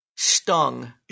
stung